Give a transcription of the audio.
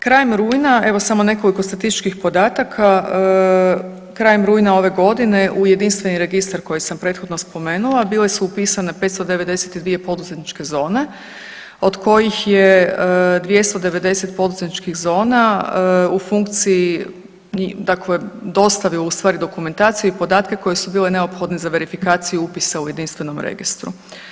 Krajem rujna, evo samo nekoliko statističkih podataka, krajem rujna ove godine u jedinstveni registar koji sam prethodno spomenula bile su upisane 592 poduzetničke zone, od kojih je 290 poduzetničkih zona u funkciji, dakle dostave u stvari dokumentacije i podatke koji su bili neophodni za verifikaciju upisa u jedinstvenom registru.